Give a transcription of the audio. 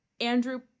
Andrew